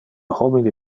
homine